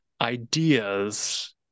ideas